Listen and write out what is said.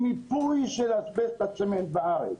מרגנית,